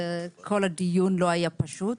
וכל הדיון לא היה פשוט.